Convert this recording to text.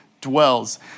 dwells